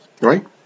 Right